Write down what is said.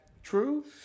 True